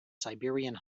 siberian